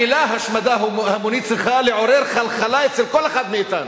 המלים "השמדה המונית" צריכות לעורר חלחלה אצל כל אחד מאתנו,